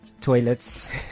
toilets